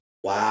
Wow